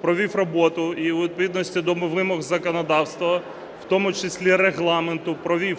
провів роботу, і у відповідності до вимог законодавства, в тому числі Регламенту, провів